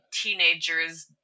teenager's